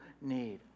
need